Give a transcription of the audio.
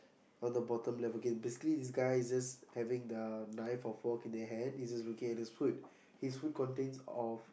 from the bottom left okay basically this guy is just having the knife or fork in the hand he's just looking at his food his food contains of